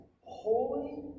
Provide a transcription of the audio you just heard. holy